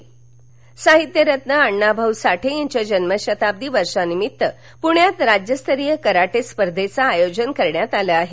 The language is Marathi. करा साहित्यरत्न अण्णाभाऊ साठे यांच्या जन्मशताब्दी वर्षा निमित्त पूण्यात राज्यस्तरीय कराटे स्पर्धेचं आयोजन करण्यात आलं आहे